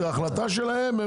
זה החלטה שלהם ,